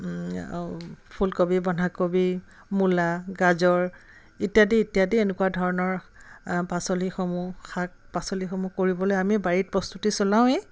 ফুলকবি বন্ধাকবি মূলা গাজৰ ইত্যাদি ইত্যাদি এনেকুৱা ধৰণৰ পাচলিসমূহ শাক পাচলিসমূহ কৰিবলৈ আমি বাৰীত প্ৰস্তুতি চলাওৱে